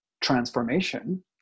transformation